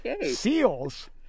seals